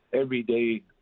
everyday